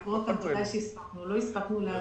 קראנו אותה אבל לא הספקנו להבין אותה.